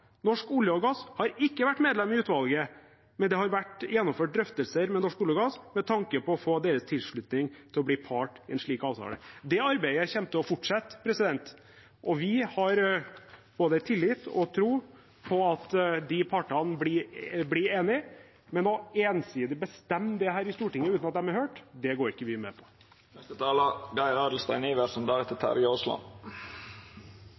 har ikke vært medlem i utvalget, men det har vært gjennomført drøftelser med NOROG med tanke på å få deres tilslutning til å bli part i en slik avtale.» Det arbeidet kommer til å fortsette, og vi har både tillit til og tro på at de partene blir enige. Men å ensidig bestemme dette i Stortinget uten at de er hørt, går ikke vi med på.